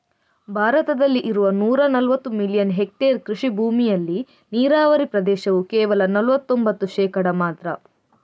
ಭಾರತದಲ್ಲಿ ಇರುವ ನೂರಾ ನಲವತ್ತು ಮಿಲಿಯನ್ ಹೆಕ್ಟೇರ್ ಕೃಷಿ ಭೂಮಿಯಲ್ಲಿ ನೀರಾವರಿ ಪ್ರದೇಶವು ಕೇವಲ ನಲವತ್ತೊಂಭತ್ತು ಶೇಕಡಾ ಮಾತ್ರ